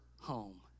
home